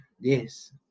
Yes